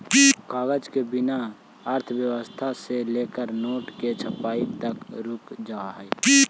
कागज के बिना अर्थव्यवस्था से लेकर नोट के छपाई तक रुक जा हई